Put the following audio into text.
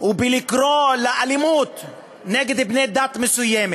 או בקריאה לאלימות נגד בני דת מסוימת,